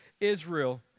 Israel